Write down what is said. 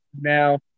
now